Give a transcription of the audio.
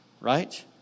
Right